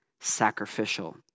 sacrificial